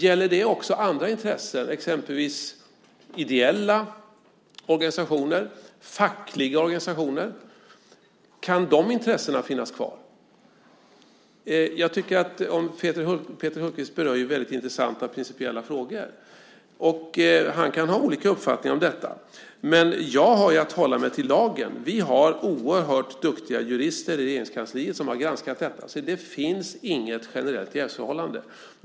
Gäller det också andra intressen, exempelvis ideella organisationer, fackliga organisationer? Kan de intressena finnas kvar? Peter Hultqvist berör väldigt intressanta principiella frågor, och han kan ha en annan uppfattning om detta. Men jag har att hålla mig till lagen. Vi har oerhört duktiga jurister i Regeringskansliet som har granskat detta, så det finns inget generellt jävsförhållande.